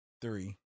Three